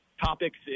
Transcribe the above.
topics